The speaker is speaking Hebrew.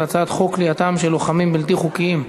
הצעת חוק כליאתם של לוחמי בלתי חוקיים.